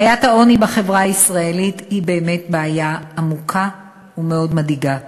בעיית העוני בחברה הישראלית היא באמת בעיה עמוקה ומדאיגה מאוד.